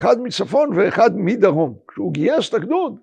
‫אחד מצפון ואחד מדרום. ‫כשהוא גייס את הגדוד.